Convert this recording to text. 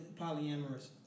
polyamorous